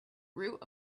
root